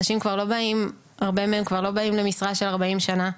אנשים הרבה מאוד כבר לא באים למשרה של ארבעים שנה.